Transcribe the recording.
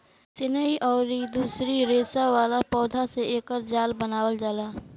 सनई अउरी दूसरी रेसा वाला पौधा से एकर जाल बनावल जाला